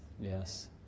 Yes